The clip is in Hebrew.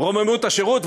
רוממות השירות,